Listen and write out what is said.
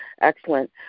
Excellent